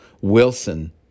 Wilson